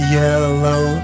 yellow